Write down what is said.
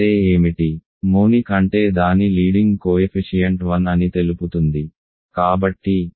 monic అంటే దాని leading coefficient 1 అని తెలుపుతుంది